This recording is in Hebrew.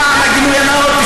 למען הגילוי הנאות,